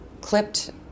clipped